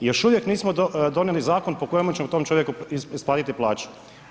Još uvijek nismo donijeli zakon po kojem ćemo tom čovjeku isplatiti plaću.